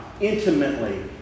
intimately